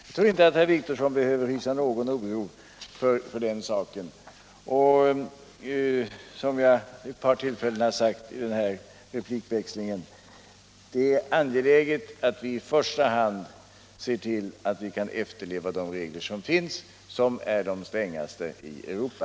Jag tror inte att herr Wictorsson behöver hysa någon oro på den punkten, men det är angeläget, som jag vid ett par tillfällen i den här replikväxlingen har sagt, att vi i första hand ser till att vi kan efterleva de regler som finns och som är de strängaste i Europa.